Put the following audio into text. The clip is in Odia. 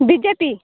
ବିଜେପି